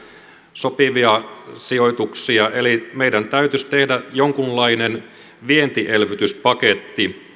sopivia sijoituksia eli meidän täytyisi tehdä jonkunlainen vientielvytyspaketti